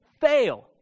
fail